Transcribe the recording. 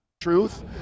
Truth